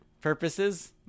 purposes